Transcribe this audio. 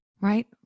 Right